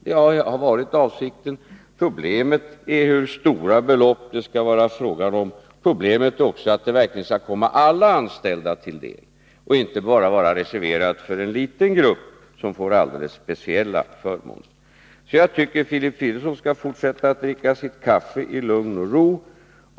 Det har också varit avsikten. Problemet är hur stora belopp det skall vara fråga om och hur man skall se till att förmånerna verkligen kommer alla anställda till del och inte bara reserveras för en liten grupp, som får alldeles speciella förmåner. Jag tycker att Filip Fridolfsson skall fortsätta att dricka sitt kaffe i lugn och ro.